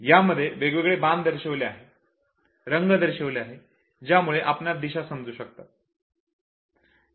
यामध्ये वेगवेगळे बाण दर्शविले आहेत रंग दर्शविले आहेत ज्यामुळे आपणास दिशा समजू शकतात